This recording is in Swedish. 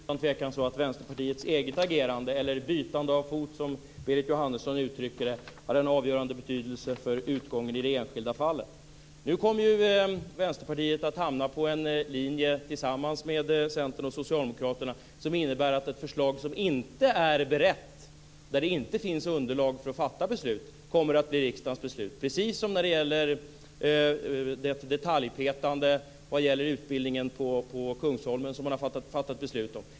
Fru talman! I just den frågan är det utan tvekan så att Vänsterpartiets eget agerande, eller byte av fot som Berit Jóhannesson uttrycker det, hade en avgörande betydelse för utgången i det enskilda fallet. Nu kommer Vänsterpartiet att hamna på en linje tillsammans med Centern och Socialdemokraterna som innebär att ett förslag som inte är berett, där det inte finns underlag för att fatta beslut, kommer att bli riksdagens beslut, precis som när det gäller det detaljpetande i fråga om utbildningen på Kungsholmen som man har fattat beslut om.